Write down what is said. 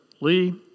Lee